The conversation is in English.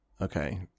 okay